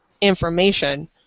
information